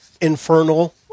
infernal